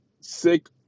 sick